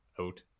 out